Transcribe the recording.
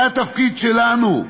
זה התפקיד שלנו.